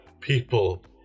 people